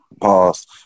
Pause